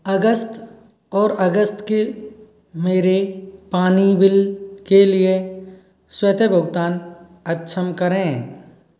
अगस्त और अगस्त के मेरे पानी बिल के लिए स्वतः भुगतान अक्षम करें